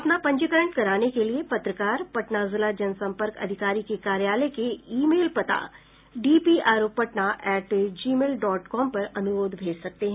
अपना पंजीकरण कराने के लिये पत्रकार पटना जिला जनसंपर्क अधिकारी के कार्यालय के ई मेल पता DPRO Patna at the rate gmail dot com पर अनुरोध भेज सकते हैं